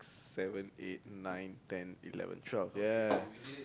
seven eight nine ten eleven twelve ya